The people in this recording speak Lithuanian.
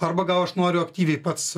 arba gal aš noriu aktyviai pats